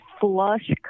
flush